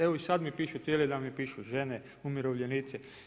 Evo i sad mi pišu, cijeli dan mi pišu žene, umirovljenici.